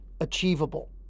achievable